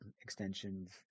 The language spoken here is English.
extensions